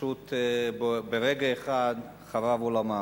פשוט ברגע אחד חרב עולמם.